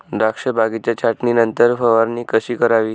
द्राक्ष बागेच्या छाटणीनंतर फवारणी कशी करावी?